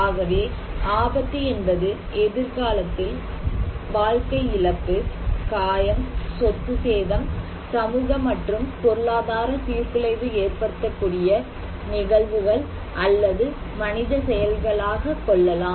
ஆகவே ஆபத்து என்பது எதிர்காலத்தில் வாழ்க்கை இழப்பு காயம் சொத்து சேதம் சமூக மற்றும் பொருளாதார சீர்குலைவு ஏற்படுத்தக்கூடிய நிகழ்வுகள் அல்லது மனித செயல்களாக கொள்ளலாம்